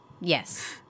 Yes